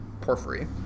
Porphyry